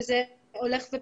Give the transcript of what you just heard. אבל זה הולך ופוחת.